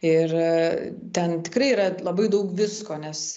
ir ten tikrai yra labai daug visko nes